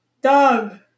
dog